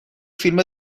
فیلم